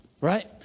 right